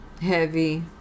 Heavy